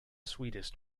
sweetest